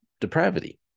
depravity